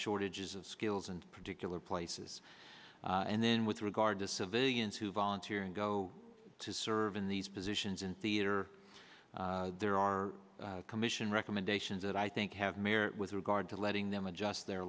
shortages of skills and particular places and then with regard to civilians who volunteer and go to serve in these positions in theater there are commission recommendations that i think have merit with regard to letting them adjust their